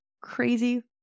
crazy